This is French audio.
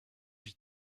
vis